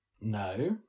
No